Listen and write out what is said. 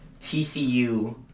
TCU